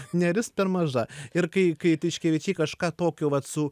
neris per maža ir kai kai tiškevičiai kažką tokio vat su